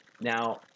Now